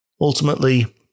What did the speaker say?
Ultimately